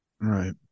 right